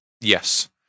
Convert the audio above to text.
Yes